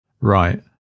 Right